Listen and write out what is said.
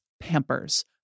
Pampers